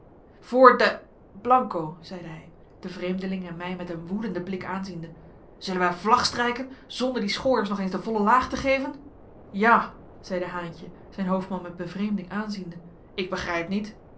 zeide hij den vreemdeling en mij met een woedenden blik aanziende zullen wij vlag strijken zonder die schooiers nog eens de volle laag te geven ja zeide haentje zijn hoofdman met bevreemding aanziende ik begrijp niet